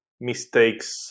mistakes